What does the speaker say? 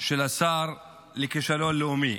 של השר לכישלון לאומי.